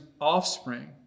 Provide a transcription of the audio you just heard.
offspring